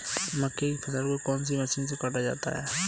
मक्के की फसल को कौन सी मशीन से काटा जाता है?